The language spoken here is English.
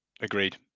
Agreed